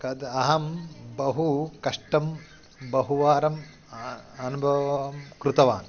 कदा अहं बहु कष्टं बहुवारम् अन् अनुभवं कृतवान्